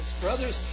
Brothers